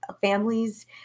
families